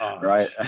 Right